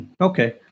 Okay